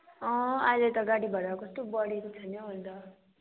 अँ अहिले त गाडी भाडा कस्तो बढेको छ नि हौ अन्त